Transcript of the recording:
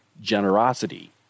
generosity